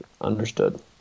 Understood